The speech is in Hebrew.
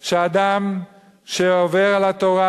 שאדם שעובר על התורה,